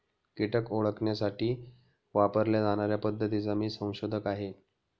कीटक ओळखण्यासाठी वापरल्या जाणार्या पद्धतीचा मी संशोधक आहे